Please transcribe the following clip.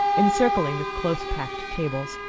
encircling the close-packed tables.